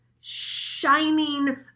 shining